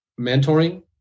mentoring